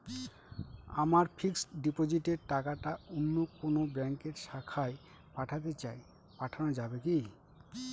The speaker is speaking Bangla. আমার ফিক্সট ডিপোজিটের টাকাটা অন্য কোন ব্যঙ্কের শাখায় পাঠাতে চাই পাঠানো যাবে কি?